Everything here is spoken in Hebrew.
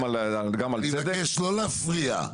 אני מבקש לא להפריע,